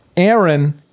Aaron